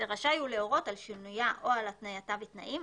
ורשאי הוא להורות על שינויה או על התנייתה בתנאים,